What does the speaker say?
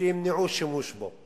שימנעו שימוש בו.